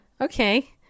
okay